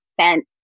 spent